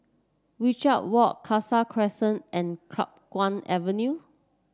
Wajek Walk Khalsa Crescent and Chiap Guan Avenue